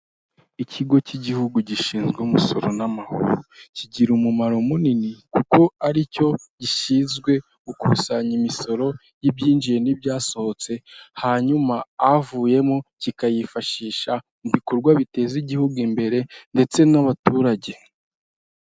Ikigo k'igihugu gishinzwe umusoro n'amahoro kigira umumaro munini, kuko ari cyo gishinzwe gukusanya imisoro y'ibyinjiye n'ibyasohotse, hanyuma avuyemo kikayifashisha mu bikorwa biteza igihugu imbere ndetse n'abaturage.